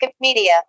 media